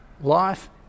Life